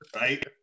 right